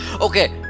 Okay